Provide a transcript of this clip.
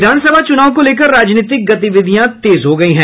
विधानसभा चुनाव को लेकर राजनीतिक गतिविधियां तेज हो गयी है